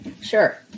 Sure